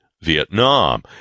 vietnam